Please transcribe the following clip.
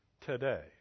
today